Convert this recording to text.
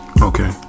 Okay